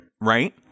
right